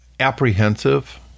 apprehensive